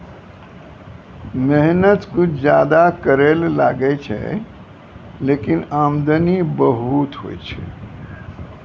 मेहनत कुछ ज्यादा करै ल लागै छै, लेकिन आमदनी बहुत होय छै